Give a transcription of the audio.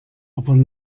bestimmt